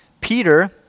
Peter